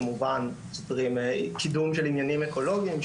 כמובן קידום של עניינים אקולוגיים,